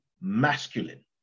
masculine